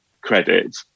credit